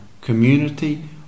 community